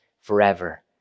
forever